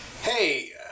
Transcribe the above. Hey